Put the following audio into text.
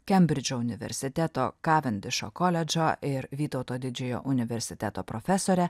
kembridžo universiteto kavendišo koledžo ir vytauto didžiojo universiteto profesore